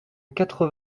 quatre